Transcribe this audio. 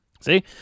See